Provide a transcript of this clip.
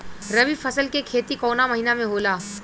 रवि फसल के खेती कवना महीना में होला?